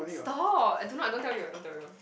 oh I don't know I don't tell you I don't tell you